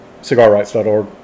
cigarrights.org